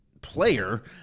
player